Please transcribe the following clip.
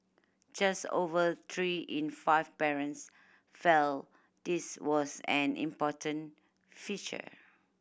just over three in five parents felt this was an important feature